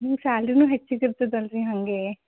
ನಿಮ್ಗೆ ಸ್ಯಾಲ್ರಿನೂ ಹೆಚ್ಚಿಗೆ ಇರ್ತದಲ್ಲ ರಿ ಹಾಗೇ